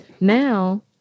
now